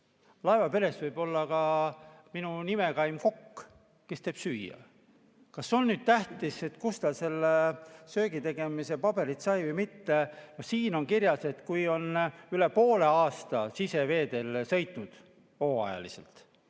Laevaperes võib olla ka kokk, minu nimekaim, kes teeb süüa. Kas on tähtis, kust ta söögitegemise paberid sai, või mitte? Siin on kirjas, et kui on üle poole aasta siseveeteel sõitnud hooajaliselt,